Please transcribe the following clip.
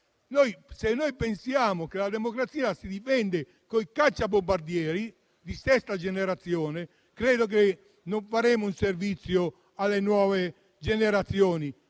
se noi pensiamo che la democrazia si difenda coi cacciabombardieri di sesta generazione, credo che non faremo un buon servizio alle nuove generazioni.